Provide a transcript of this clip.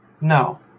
no